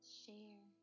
share